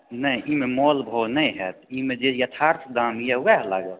नहि एहिमे मोल भाव नहि हाएत एहिमे जे यथार्थ दाम यऽ ओएह लागत